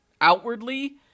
outwardly